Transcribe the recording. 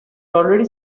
already